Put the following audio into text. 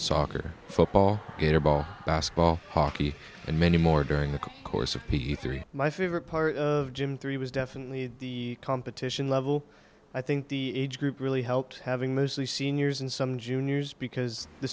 soccer football gator ball basketball hockey and many more during the course of p e three my favorite part of gym three was definitely the competition level i think the age group really helped having mostly seniors and some juniors because the